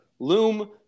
loom